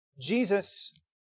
Jesus